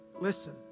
Listen